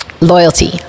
loyalty